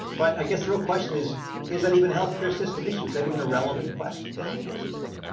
but i guess the real question is is that even a health care system issue? is that even a relevant question to health care systems?